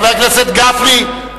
חבר הכנסת גפני,